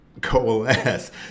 coalesce